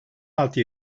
altı